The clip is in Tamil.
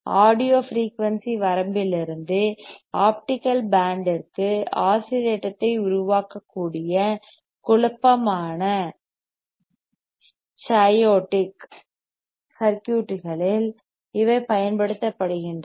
ஆடியோ ஃபிரீயூன்சி வரம்பிலிருந்து ஆப்டிகல் பேண்டிற்கு ஆஸிலேட்டத்தை உருவாக்கக்கூடிய குழப்பமான சயோடிக் chaotic சர்க்யூட்களில் இவை பயன்படுத்தப்படுகின்றன